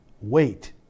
Wait